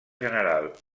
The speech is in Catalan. general